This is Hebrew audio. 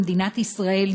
במדינת ישראל,